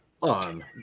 on